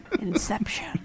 inception